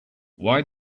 why